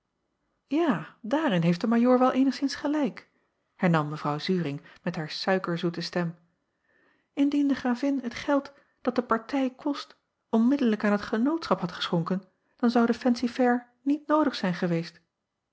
a daarin heeft de ajoor wel eenigszins gelijk hernam evrouw uring met haar suikerzoete stem indien de ravin het geld dat de partij kost onmiddellijk aan het enootschap had geschonken dan zou de fancy-fair niet noodig zijn geweest